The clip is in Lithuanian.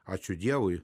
ačiū dievui